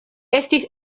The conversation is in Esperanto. estis